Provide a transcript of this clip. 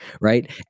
Right